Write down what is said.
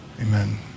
Amen